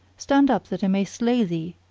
stand up that i may slay thee,